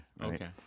okay